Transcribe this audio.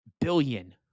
Billion